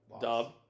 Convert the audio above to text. Dub